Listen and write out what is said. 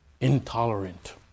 intolerant